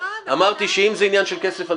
אמרתי שאם זה עניין של כסף,